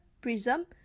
PRISM